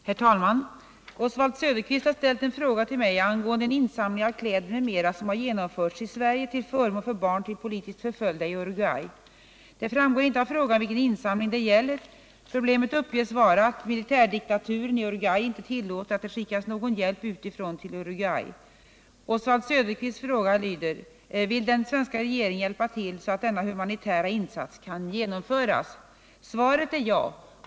Herr talman! Oswald Söderqvist har ställt en fråga till mig angående en insamling av kläder m.m. som har genomförts i Sverige till förmån för barn till politiskt förföljda i Uruguay. Det framgår inte av frågan vilken insamling det gäller. Problemet uppges vara att militärdiktaturen i Uruguay inte tillåter att det skickas någon hjälp utifrån till Uruguay. Oswald Söderqvists fråga lyder: ”Vill den svenska regeringen hjälpa till så att denna humanitära insats kan genomföras?” Svaret är ja.